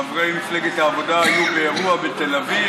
חברי מפלגת העבודה היו באירוע בתל אביב,